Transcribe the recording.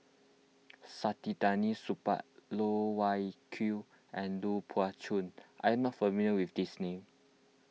Saktiandi Supaat Loh Wai Kiew and Lui Pao Chuen are you not familiar with these names